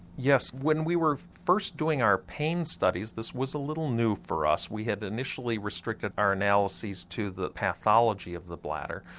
yes, when we were first doing our pain studies this was a little new for us, we had initially restricted our analyses to the pathology of the bladder,